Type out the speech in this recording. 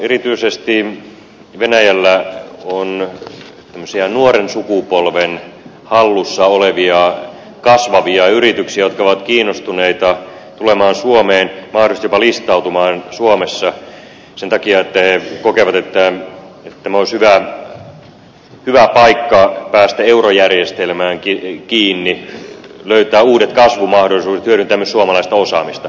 erityisesti venäjällä on nuoren sukupolven hallussa olevia kasvavia yrityksiä jotka ovat kiinnostuneita tulemaan suomeen mahdollisesti jopa listautumaan suomessa sen takia että he kokevat että tämä olisi hyvä paikka päästä eurojärjestelmään kiinni löytää uudet kasvumahdollisuudet hyödyntää myös suomalaista osaamista